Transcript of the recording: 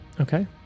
Okay